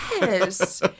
Yes